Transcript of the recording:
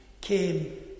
came